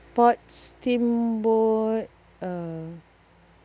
steamboat uh